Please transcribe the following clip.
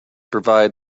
provide